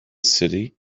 city